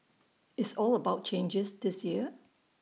it's all about changes this year